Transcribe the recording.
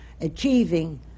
achieving